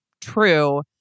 true